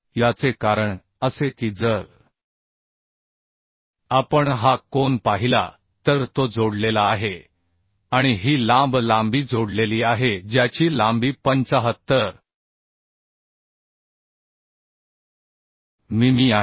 याचे कारण असे की जर आपण हा कोन पाहिला तर तो जोडलेला आहे आणि ही लांब लांबी जोडलेली आहे ज्याची लांबी 75 मिमी आहे